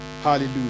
Hallelujah